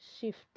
shift